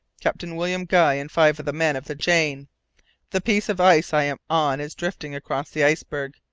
captain william guy and five of the men of the jane the piece of ice i am on is drifting across the iceberg.